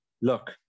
look